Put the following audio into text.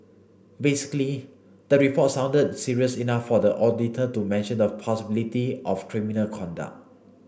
basically the report sounded serious enough for the auditor to mention the possibility of criminal conduct